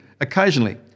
occasionally